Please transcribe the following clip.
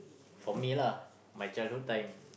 for me lah my childhood time